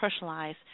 personalize